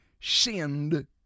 send